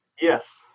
Yes